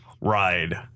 ride